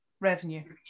revenue